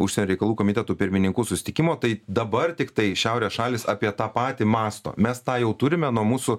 užsienio reikalų komitetų pirmininkų susitikimo tai dabar tiktai šiaurės šalys apie tą patį mąsto mes tą jau turime nuo mūsų